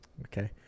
Okay